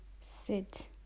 sit